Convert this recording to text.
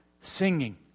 singing